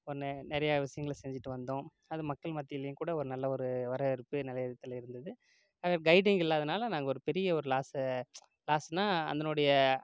ஒன்று நிறையா விஷயங்கள செஞ்சுட்டு வந்தோம் அது மக்கள் மத்திலேயும் கூட ஒரு நல்ல ஒரு வரவேற்பு நிறையா விதத்தில் இருந்தது கைடிங் இல்லாததுனால் நாங்கள் ஒரு பெரிய ஒரு லாஸை லாஸ்னா அதனுடைய